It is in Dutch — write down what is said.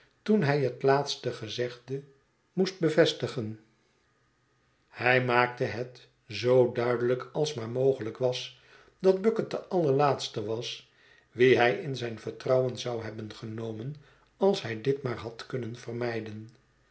toen hij het laatste gezegde moest bevestigen hij maakte het zoo duidelijk als maar mogelijk was dat bucket de allerlaatste was wien hij in zijn vertrouwen zou hebben genomen als hij dit maar had kunnen vermijden